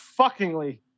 fuckingly